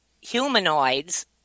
humanoids